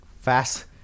fast